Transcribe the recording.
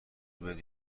بیاد